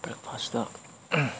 breakfast